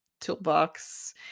toolbox